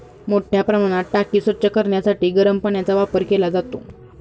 मोठ्या प्रमाणात टाकी स्वच्छ करण्यासाठी गरम पाण्याचा वापर केला जातो